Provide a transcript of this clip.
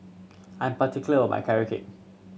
I am particular about Carrot Cake